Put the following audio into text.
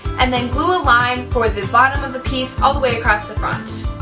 and then glue a line for the bottom of the piece all the way across the front.